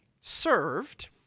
served